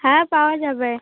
হ্যাঁ পাওয়া যাবে